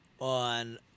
on